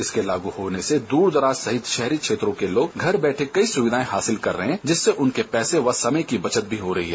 इसके लागू होने से दूरदराज सहित शहरी क्षेत्रों के लोग घर बैठे कई सुविधाएं हासिल कर रहे हैं जिससे उनके पैसे व समय की बचत भी हो रही है